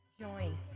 join